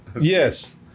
yes